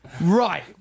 Right